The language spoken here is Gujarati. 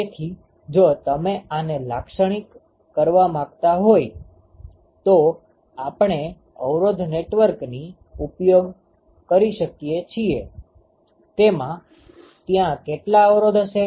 તેથી જો તમે આને લાક્ષણિક કરવા માંગતા હોઈ તો આપણે અવરોધ નેટવર્કનો ઉપયોગ કરી શકીએ છીએ તેમાં ત્યાં કેટલા અવરોધ હશે